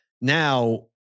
now